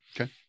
Okay